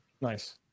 Nice